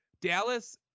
Dallas